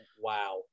Wow